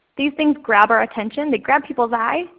these things grab our attention. they grab people's eye.